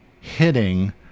hitting